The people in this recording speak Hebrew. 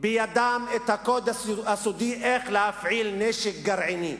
בידם את הקוד הסודי איך להפעיל נשק גרעיני.